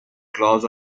clause